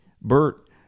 Bert